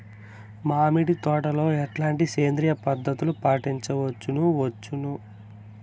మామిడి తోటలో ఎట్లాంటి సేంద్రియ పద్ధతులు పాటించవచ్చును వచ్చును?